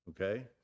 okay